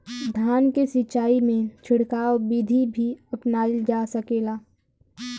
धान के सिचाई में छिड़काव बिधि भी अपनाइल जा सकेला?